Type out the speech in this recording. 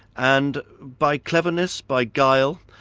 and by cleverness, by guile,